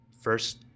first